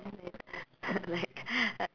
like